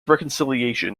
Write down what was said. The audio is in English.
reconciliation